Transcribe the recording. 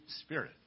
Spirit